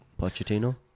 Pochettino